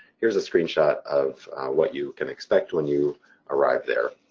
here's a screenshot of what you can expect when you arrived there.